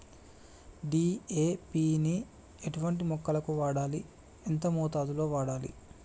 DAP ని ఎటువంటి మొక్కలకు వాడాలి? ఎంత మోతాదులో వాడాలి?